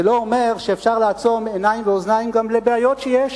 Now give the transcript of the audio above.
זה לא אומר שאפשר לעצום עיניים ואוזניים גם לבעיות שיש